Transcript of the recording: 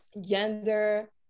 gender